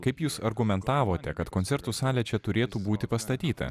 kaip jūs argumentavote kad koncertų salė čia turėtų būti pastatyta